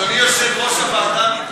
אדוני יושב-ראש הוועדה,